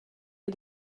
ihr